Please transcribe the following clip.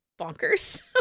bonkers